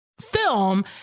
film